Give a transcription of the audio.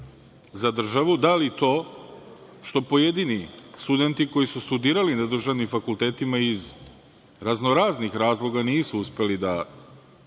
za državu da li to što pojedini studenti koji su studirali na državnim fakultetima iz raznoraznih razloga nisu uspeli da